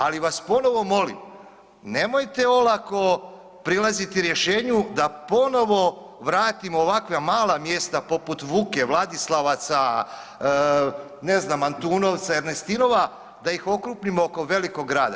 Ali vas ponovo molim nemojte olako prilaziti rješenju da ponovo vratimo ovakva mala mjesta poput Vuke, Vladislavaca, ne znam Antunovca, Ernestinova, da ih okrupnimo oko velikog grada.